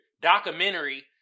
Documentary